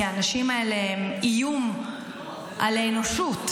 כי האנשים האלה הם איום על האנושות,